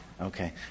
Okay